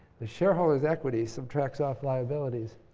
the shareholders' equity subtracts off liabilities.